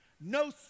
no